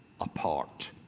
apart